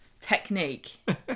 technique